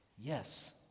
Yes